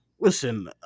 listen